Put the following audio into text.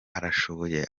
arashoboye